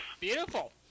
Beautiful